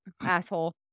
Asshole